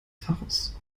faches